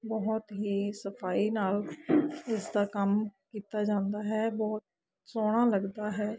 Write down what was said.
ਬਹੁਤ ਹੀ ਸਫਾਈ ਨਾਲ ਇਸ ਦਾ ਕੰਮ ਕੀਤਾ ਜਾਂਦਾ ਹੈ ਬਹੁਤ ਸੋਹਣਾ ਲੱਗਦਾ ਹੈ